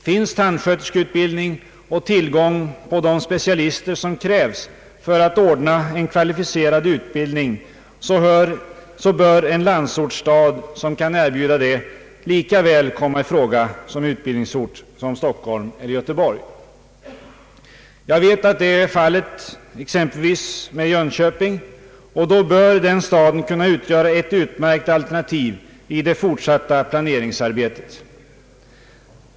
Finns tandsköterskeutbildning och tillgång på de specialister som krävs för att ordna en kvalificerad utbildning så bör en landsortsstad som kan erbjuda detta lika väl komma i fråga som utbildningsort som Stockholm eller Göteborg. Jag vet att det är fallet med exempelvis Jönköping, och då bör den staden kunna utgöra ett utmärkt alternativ i det fortsatta planeringsarbetet.